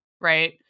Right